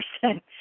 person